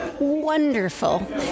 wonderful